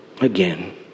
Again